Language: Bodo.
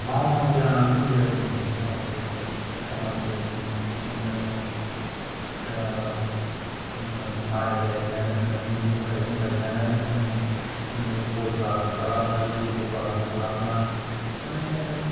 मावनांगौ जानानै फैयो आरो जोङो माखासे खामानिखौ नोङो आह माइ गायनायानो होन मैगं थाइगं गायनायानो होन नोङो गय बागान खालामनाय लेबु बागान खालामनाय माने